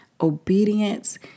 obedience